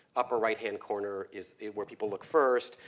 upper right-hand corner is where people look first.